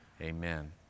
amen